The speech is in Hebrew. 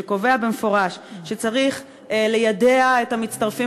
שקובע במפורש שצריך ליידע את המצטרפים